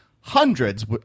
hundreds